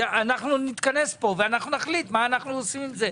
אנחנו נתכנס פה ונחליט מה אנחנו עושים עם זה.